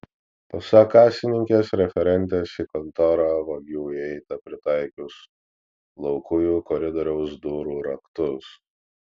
pasak kasininkės referentės į kontorą vagių įeita pritaikius laukujų koridoriaus durų raktus